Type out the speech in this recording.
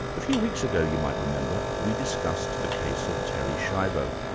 a few weeks ago you might remember we discussed the case of terri schiavo,